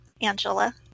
Angela